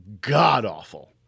god-awful